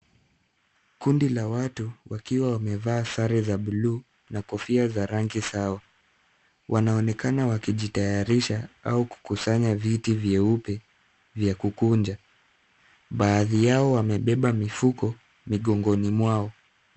Kundi la watu wakiwa wamevaa sare za buluu na kofia za rangi sawa, wanaonekana wakijitayarisha au kukusanya viti vyeupe vya kukunja. Baadhi yao wamebeba mifuko migongoni mwao.